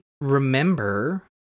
remember